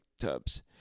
tubs